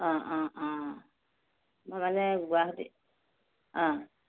অ অ অ মই মানে গুৱাহাটী অ